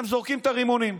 הם זורקים את הרימונים.